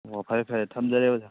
ꯑꯣ ꯐꯔꯦ ꯐꯔꯦ ꯊꯝꯖꯔꯦ ꯑꯣꯖꯥ